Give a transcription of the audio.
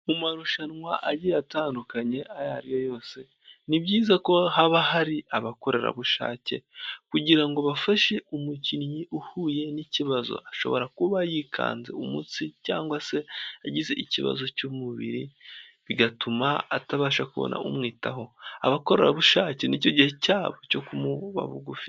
Mu marushanwa agiye atandukanye ayo ariyo yose, ni byiza ko haba hari abakorerabushake kugira ngo bafashe umukinnyi uhuye n'ikibazo ashobora kuba yikanze umutsi, cyangwa se agize ikibazo cy'umubiri bigatuma atabasha kubona umwitaho, abakorerabushake nicyo gihe cyabo cyo kumuba bugufi.